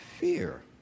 fear